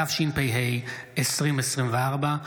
התשפ"ה 2024,